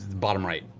bottom right.